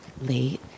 late